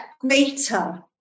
greater